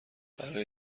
برای